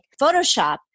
Photoshop